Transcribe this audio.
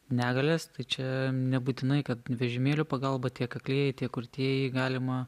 negalias tai čia nebūtinai kad vežimėlio pagalba tiek aklieji kurtieji galima